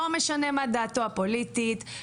לא משנה מה דעתו הפוליטית,